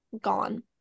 gone